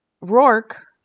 Rourke